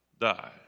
die